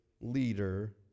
Leader